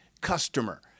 customer